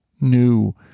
new